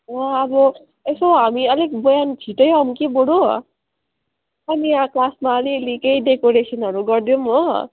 अँ अब यसो हामी अलिक बिहान छिट्टै आउँ कि बरू अनि यहाँ क्लासमा अलिअलि केही डेकोरेसनहरू गरिदिउँ हो